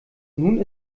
nun